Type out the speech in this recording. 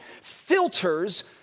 filters